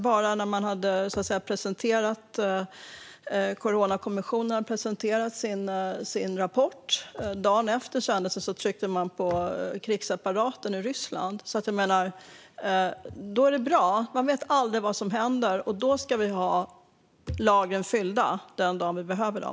Dagen efter att Coronakommissionen hade presenterat sin rapport tryckte man på krigsapparaten i Ryssland. Då är det bra att vara förberedd. Man vet aldrig vad som händer. Vi ska ha lagren fyllda den dag vi behöver dem.